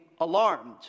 alarmed